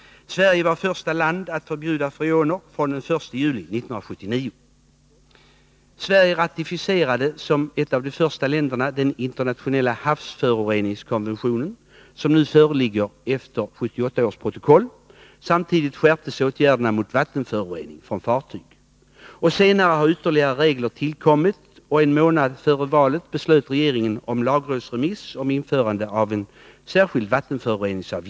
Sverige var det första landet som förbjöd freoner, från den 1 juli 1979. Sverige ratificerade som ett av de första länderna den internationella havsföroreningskonventionen som den föreligger efter 1978 års protokoll. Samtidigt skärptes åtgärderna mot vattenförorening från fartyg. Senare har ytterligare regler tillkommit. En månad före valet beslöt regeringen om lagrådsremiss om införande av en särskild vattenföroreningsavgift.